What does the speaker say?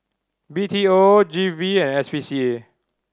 B T O G V and S P C A